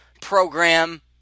program